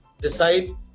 decide